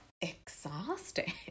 exhausting